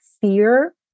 fear